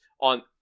on